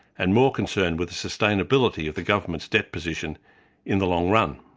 and more concern with the sustainability of the government's debt position in the long run.